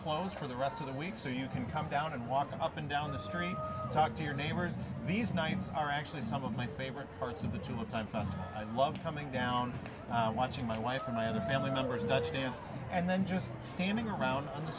close for the rest of the week so you can come down and walk up and down the street talk to your neighbors these nights are actually some of my favorite parts of it you know time and love coming down watching my wife and my other family members not dance and then just standing around on the